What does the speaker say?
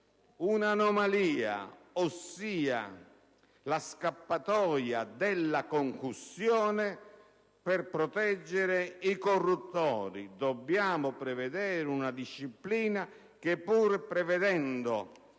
un'anomalia ossia la scappatoia della concussione per proteggere i corruttori. Dobbiamo prevedere una disciplina che, pur prevedendo